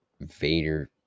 vader